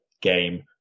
game